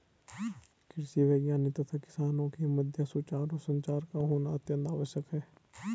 कृषि वैज्ञानिक तथा किसानों के मध्य सुचारू संचार का होना अत्यंत आवश्यक है